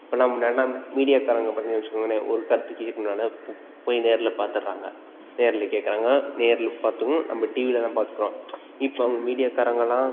இப்போல்லாம் முன்னாடில்லாம் மீடியாக்காரங்களை பார்த்தீங்கன்னா வெச்சுக்கோங்களேன் ஒரு கருத்து கேக்கணுனாலும் பு போய் நேரில் பார்த்துர்றாங்க நேர்லேயே கேக்கிறாங்க நேரில் பார்த்தும் நம்ம டிவியிலலாம் பார்த்துக்குறோம் இப்போ அவங்க மீடியாக்காரங்கள்லாம்